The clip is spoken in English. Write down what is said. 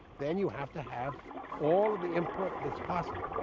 then you have to have all of the input that's possible.